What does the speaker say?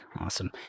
Awesome